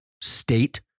state